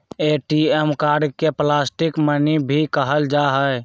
ATM card के plastic money भी कहल जाहई